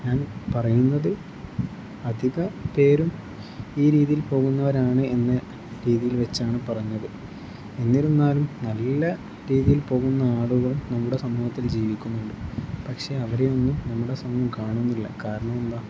ഞാൻ പറയുന്നത് അധിക പേരും ഈ രീതിയിൽ പോകുന്നവരാണ് എന്ന രീതിയിൽ വെച്ചാണ് പറഞ്ഞത് എന്നിരുന്നാലും നല്ല രീതിയിൽ പോകുന്ന ആളുകൾ നമ്മുടെ സമൂഹത്തിൽ ജീവിക്കുന്നുണ്ട് പക്ഷെ അവരെയൊന്നും നമ്മുടെ സമൂഹം കാണുന്നില്ല കാരണം എന്താണ്